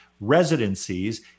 residencies